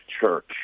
church